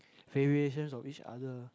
variations of each other